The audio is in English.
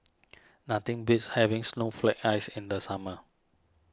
nothing beats having Snowflake Ice in the summer